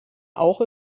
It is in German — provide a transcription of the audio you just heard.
auch